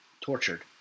tortured